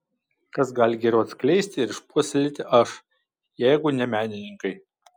kas gali geriau atskleisti ir išpuoselėti aš jeigu ne menininkai